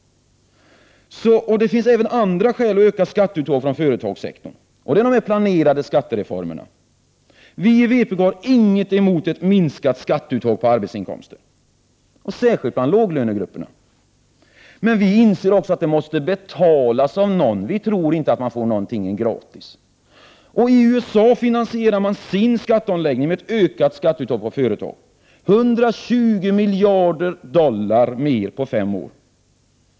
De planerade skattereformerna utgör också skäl för ökat skatteuttag från företagssektorn. Vi i vpk har inget emot ett minskat skatteuttag på arbetsinkomster, särskilt inte bland låglönegrupperna. Vi inser dock att det måste betalas av någon. Vi tror inte att man får någonting gratis. Prot. 1988/89:125 I USA finansierade man sin skatteomläggning med ett ökat skatteuttag på 31 maj 1989 företagen — 120 miljarder dollar mer på fem år.